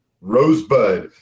rosebud